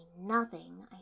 nothing